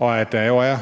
og at der er